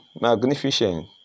Magnificent